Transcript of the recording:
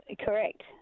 Correct